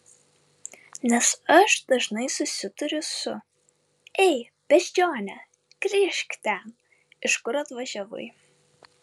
nes aš dažnai susiduriu su ei beždžione grįžk ten iš kur atvažiavai